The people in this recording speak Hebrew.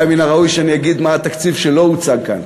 אולי מן הראוי שאני אגיד מה התקציב שלא הוצג כאן.